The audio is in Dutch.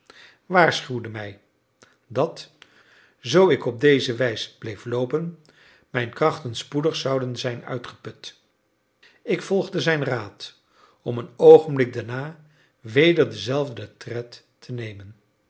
waarschuwde mij dat zoo ik op deze wijze bleef loopen mijn krachten spoedig zouden zijn uitgeput ik volgde zijn raad om een oogenblik daarna weder denzelfden tred te nemen